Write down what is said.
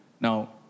Now